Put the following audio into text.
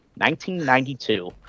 1992